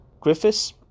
Griffiths